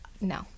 No